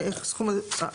איך הסכום הזה,